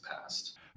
past